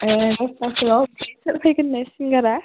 एह दसथासोयाव फैगोन्नो सिंगारा